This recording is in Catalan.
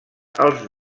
als